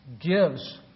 gives